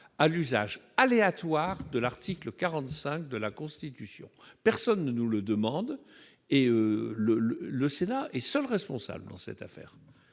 à l'usage aléatoire de l'article 45 de la Constitution. Personne ne nous le demande ; le Sénat est seul responsable dans cette affaire.